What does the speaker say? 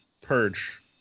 Purge